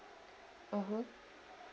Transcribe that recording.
mmhmm